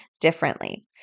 differently